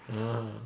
ya